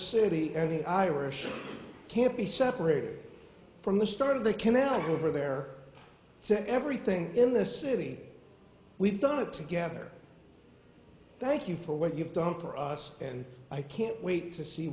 every irish can't be separated from the start of the canal over there so everything in this city we've done it together thank you for what you've done for us and i can't wait to see